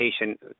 patient